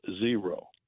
zero